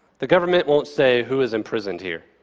the government won't say who is imprisoned here.